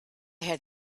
had